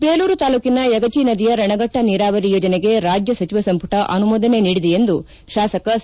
ಬೇಲೂರು ತಾಲೂಕಿನ ಯಗಜಿ ನದಿಯ ರಣಘಟ್ಟ ನೀರಾವರಿ ಯೋಜನೆಗೆ ರಾಜ್ಯ ಸಚಿವ ಸಂಪುಟ ಅನುಮೋದನೆ ನೀಡಿದೆ ಎಂದು ಶಾಸಕ ಸಿ